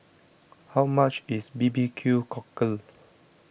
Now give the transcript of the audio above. how much is B B Q Cockle